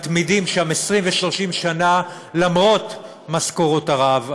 מתמידים שם 20 ו-30 שנה למרות משכורות הרעב.